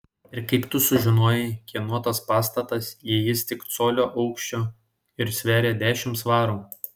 ir kaip tu sužinojai kieno tas pastatas jei jis tik colio aukščio ir sveria dešimt svarų